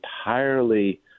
entirely